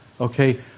Okay